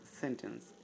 sentence